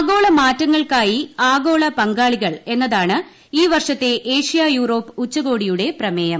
ആഗോള മാറ്റങ്ങൾക്കായി ആഗോള പങ്കാളികൾ എന്നതാണ് ഈ വർഷത്തെ ഏഷ്യ യൂറോപ്പ് ഉച്ചകോടിയുടെ പ്രമേയം